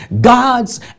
God's